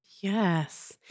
Yes